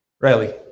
Riley